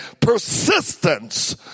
persistence